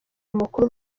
makuru